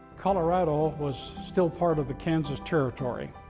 colorado was still part of the kansas territory,